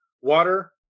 water